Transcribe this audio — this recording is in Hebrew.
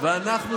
ואנחנו,